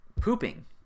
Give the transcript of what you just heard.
pooping